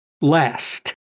last